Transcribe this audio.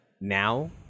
Now